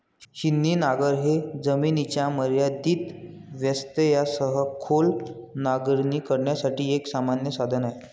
छिन्नी नांगर हे जमिनीच्या मर्यादित व्यत्ययासह खोल नांगरणी करण्यासाठी एक सामान्य साधन आहे